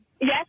Yes